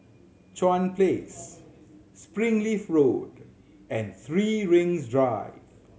Chuan Place Springleaf Road and Three Rings Drive